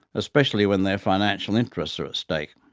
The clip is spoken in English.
especially when their financial interests are ah so like